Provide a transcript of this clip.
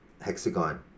hexagon